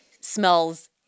smells